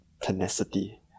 tenacity